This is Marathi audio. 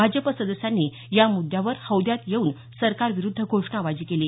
भाजप सदस्यांनी या मुद्दावर हौद्यात येऊन सरकारविरुद्ध घोषणाबाजी केली